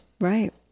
Right